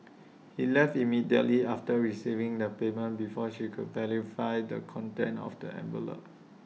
he left immediately after receiving the payment before she could verify the contents of the envelope